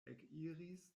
ekiris